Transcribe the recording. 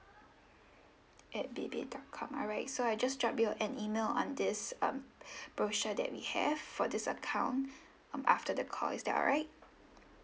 at B B dot com alright so I just drop you an email on this um brochure that we have for this account um after the call is that alright